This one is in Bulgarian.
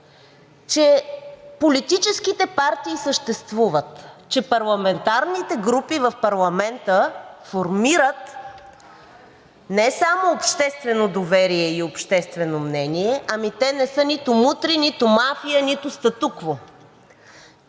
че политическите партии съществуват, че парламентарните групи в парламента формират не само обществено доверие и обществено мнение, ами те не са нито мутри, нито мафия, нито статукво.